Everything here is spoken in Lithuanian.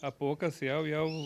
apuokas jau jau